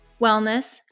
wellness